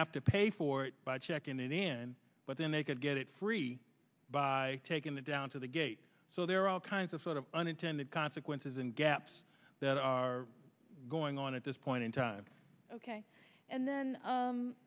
have to pay for it by checking it in but then they could get it free by taking the down to the gate so there are all kinds of sort of unintended consequences and gaps that are going on at this point in time ok and then